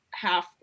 half